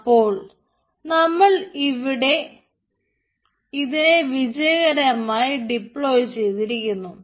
അപ്പോൾ നമ്മൾ ഇതിനെ വിജയകരമായി ഡിപ്ലോയി ചെയ്തിരിക്കുന്നു